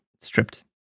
stripped